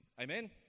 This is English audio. Amen